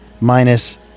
minus